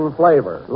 flavor